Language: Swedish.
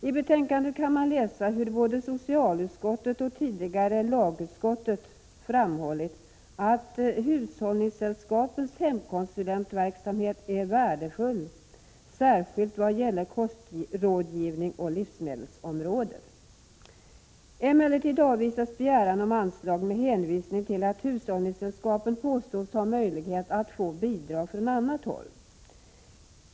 I betänkandet kan man läsa hur både socialutskottet och tidigare lagutskottet framhållit att hushållningssällskapens hemkonsulentverksamhet är värdefull, särskilt vad gäller kostrådgivning och på livsmedelsområdet. Emellertid avvisas yrkandet om anslag med hänvisning till att hushållningssällskapen skulle ha möjlighet att få bidrag från annat håll.